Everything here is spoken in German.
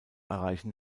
erreichen